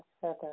further